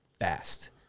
fast